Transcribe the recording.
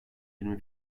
yirmi